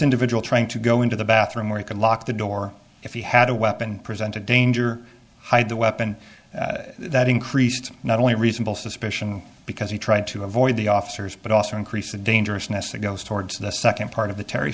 individual trying to go into the bathroom where he could lock the door if he had a weapon present a danger hide the weapon that increased not only reasonable suspicion because he tried to avoid the officers but also increase the dangerousness it goes towards the second part of the terry